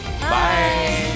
Bye